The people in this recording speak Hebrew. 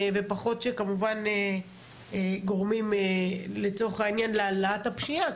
ופחות שכמובן גורמים לצורך העניין להעלאת הפשיעה.